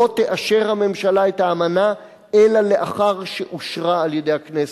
לא תאשר הממשלה את האמנה אלא לאחר שאושרה על-ידי הכנסת".